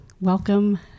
welcome